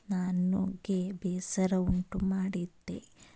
ನನಗೆ ಬೇಸರ ಉಂಟುಮಾಡಿದ್ದೆ